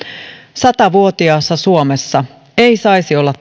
satavuotiaassa suomessa ei saisi olla